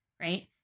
right